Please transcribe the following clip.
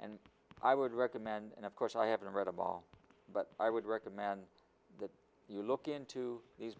and i would recommend and of course i haven't read em all but i would recommend that you look into these